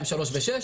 3, ו-6.